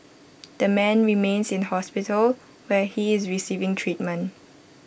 the man remains in hospital where he is receiving treatment